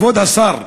כבוד השר,